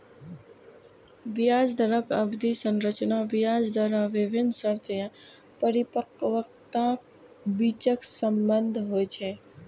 ब्याज दरक अवधि संरचना ब्याज दर आ विभिन्न शर्त या परिपक्वताक बीचक संबंध होइ छै